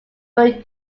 were